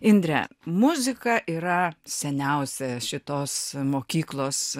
indre muzika yra seniausia šitos mokyklos